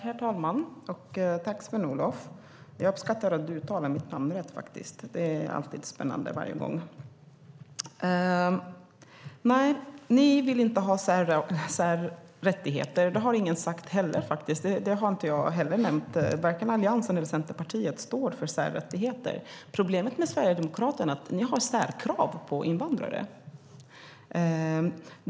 Herr talman! Tack, Sven-Olof. Jag uppskattar att du uttalar mitt namn rätt. Ni vill inte ha särrättigheter. Det har inte jag heller nämnt. Varken Alliansen eller Centerpartiet står för särrättigheter. Problemet med Sverigedemokraterna är att ni har särkrav på invandrare.